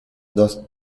dos